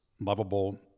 lovable